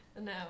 No